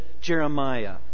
Jeremiah